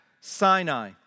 Sinai